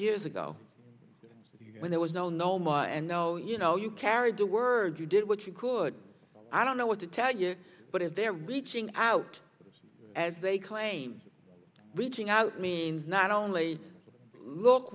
years ago when there was no no more and no you know you carried the word you did what you could i don't know what to tell you but if they're reaching out to us as they claim reaching out means not only look